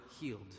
healed